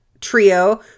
trio